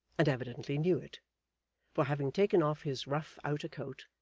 and evidently knew it for having taken off his rough outer coat,